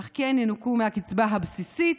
אך כן ינוכו מהקצבה הבסיסית.